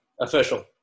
Official